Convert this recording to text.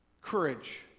Courage